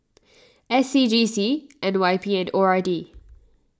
S C G C N Y P and O R D